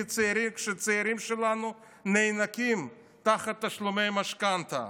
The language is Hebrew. כשהצעירים שלנו נאנקים תחת תשלומי משכנתה.